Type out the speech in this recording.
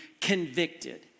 convicted